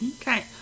Okay